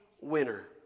winner